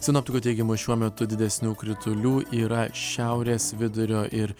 sinoptikų teigimu šiuo metu didesnių kritulių yra šiaurės vidurio ir